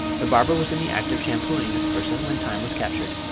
the barber was in the act of shampooing this person when time was captured.